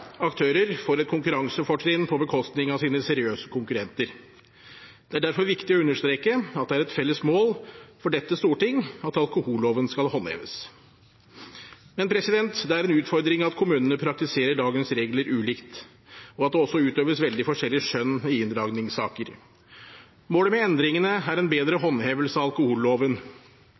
aktører får et konkurransefortrinn på bekostning av sine seriøse konkurrenter. Det er derfor viktig å understreke at det er et felles mål for dette storting at alkoholloven skal håndheves. Men det er en utfordring at kommunene praktiserer dagens regler ulikt, og at det også utøves veldig forskjellig skjønn i inndragningssaker. Målet med endringene er en bedre